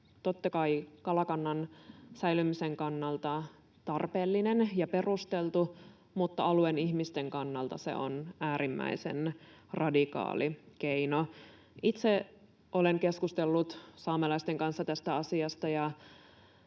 totta kai, kalakannan säilymisen kannalta tarpeellinen ja perusteltu, mutta alueen ihmisten kannalta se on äärimmäisen radikaali keino. Itse olen keskustellut saamelaisten kanssa tästä asiasta,